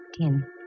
ten